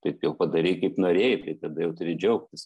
taip jau padarei kaip norėjai tai tada jau turi džiaugtis